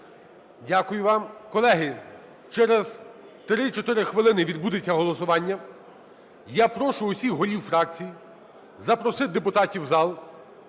Дякую вам. Колеги, через 3-4 хвилини відбудеться голосування. Я прошу всіх голів фракцій запросити депутатів в зал,